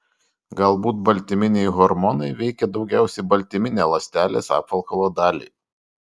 galbūt baltyminiai hormonai veikia daugiausiai baltyminę ląstelės apvalkalo dalį